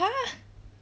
!huh!